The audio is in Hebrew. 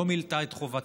לא מילאה את חובתה.